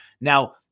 Now